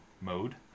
mode